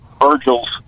Virgil's